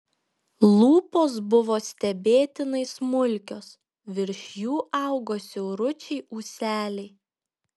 lūpos buvo stebėtinai smulkios virš jų augo siauručiai ūseliai